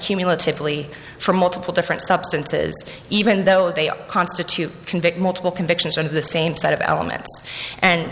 cumulatively from multiple different substances even though they constitute convict multiple convictions of the same set of elements and